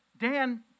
Dan